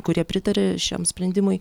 kurie pritaria šiam sprendimui